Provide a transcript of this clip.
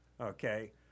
okay